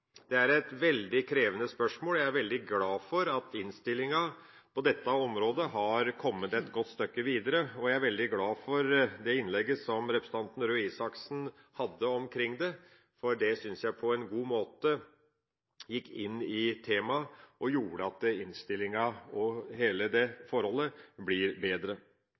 Det er et veldig krevende spørsmål. Jeg er veldig glad for at innstillinga på dette området har kommet et godt stykke videre. Jeg er veldig glad for det innlegget som representanten Røe Isaksen hadde om dette, for det synes jeg på en god måte gikk inn i temaet og gjorde at innstillinga og hele dette forholdet blir bedre.